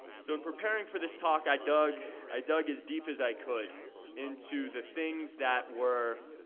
so in preparing for this talk, i dug i dug as deep as i could into the things that were,